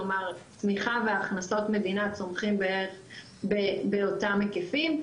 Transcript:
כלומר הצמיחה והכנסות מדינה צומחים בערך באותם היקפים,